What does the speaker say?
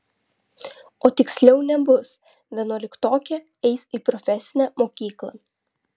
o tiksliau nebus vienuoliktokė eis į profesinę mokyklą